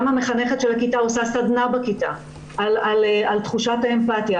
גם המחנכת של הכיתה עושה סדנה בכיתה על תחושת האמפתיה,